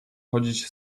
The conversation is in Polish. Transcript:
chodzić